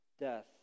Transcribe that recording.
death